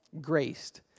graced